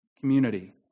community